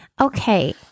Okay